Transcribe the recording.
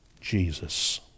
Jesus